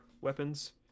weapons